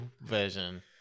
version